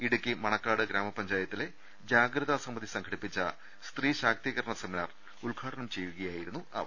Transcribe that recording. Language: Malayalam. ഇടുക്കി മണക്കാട് ഗ്രാമപഞ്ചായത്തിലെ ജാഗ്രതാ സമിതി സംഘടിപ്പിച്ച സ്ത്രീ ശാക്തീകരണ സെമിനാർ ഉദ്ഘാടനം ചെയ്യുകയായിരുന്നു അവർ